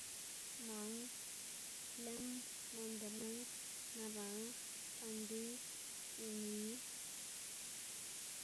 mang, lim, mandarind, naranj, sandiy, iniy.